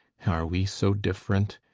are we so different?